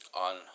on